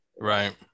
Right